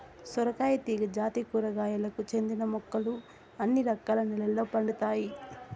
సొరకాయ తీగ జాతి కూరగాయలకు చెందిన మొక్కలు అన్ని రకాల నెలల్లో పండుతాయి